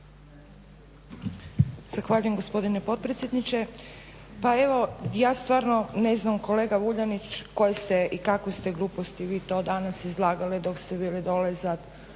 Zahvaljujem gospodine potpredsjedniče. Pa evo ja stvarno ne znam kolega Vuljanić koje ste i kakve ste gluposti vi to danas izlagali dok ste bili dole za